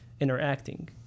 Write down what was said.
interacting